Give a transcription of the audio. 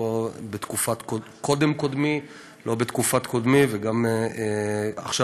לא בתקופת קודם-קודמי, לא בתקופת קודמי וגם עכשיו.